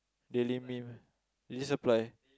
the lame meme they supply